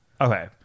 okay